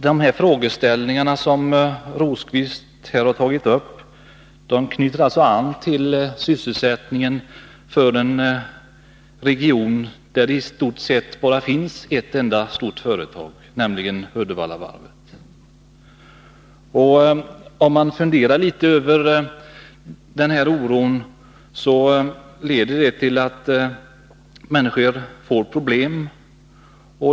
De frågor som Birger Rosqvist har ställt knyter an till sysselsättningen i en region där det i stort sett bara finns ett enda stort företag, nämligen Uddevallavarvet. Den oro som nu skapas leder till att människor får problem.